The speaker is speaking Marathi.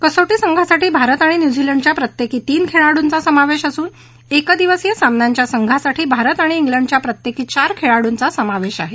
कसोटी संघासाठी भारत आणि न्यूझीलंडच्या प्रत्येकी तीन खेळाडूचा समोवश असून एकदिवसीय सामन्यांच्या संघासाठी भारत आणि खिडच्या प्रत्येकी चार खेळाडूचा समोवश केला आहे